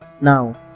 Now